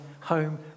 home